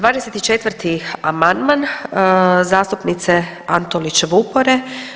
24. amandman zastupnice Antolić Vupore.